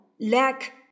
lack